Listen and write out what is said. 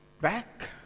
Back